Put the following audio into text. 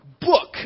book